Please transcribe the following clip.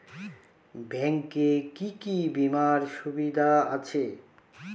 Bank এ কি কী বীমার সুবিধা আছে?